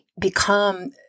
become